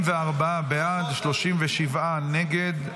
44 בעד, 37 נגד.